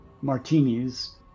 martinis